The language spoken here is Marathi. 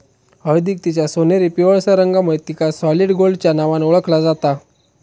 हळदीक तिच्या सोनेरी पिवळसर रंगामुळे तिका सॉलिड गोल्डच्या नावान ओळखला जाता